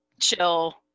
chill